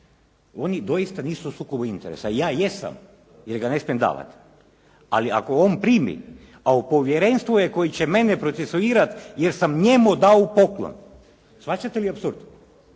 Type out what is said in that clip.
Oni doista nisu u sukobu interesa. Ja jesam jer ga ne smijem davati. Ali ako on primi, a u povjerenstvu je koje će mene procesuirati jer sam njemu dao poklon, shvaćate li apsurd?